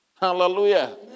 Hallelujah